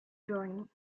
drawing